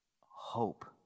hope